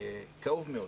כאוב מאוד.